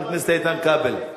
חבר הכנסת איתן כבל.